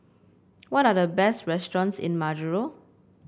what are the best restaurants in Majuro